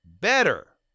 better